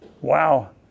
Wow